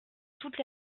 toutes